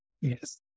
Yes